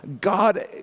God